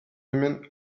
women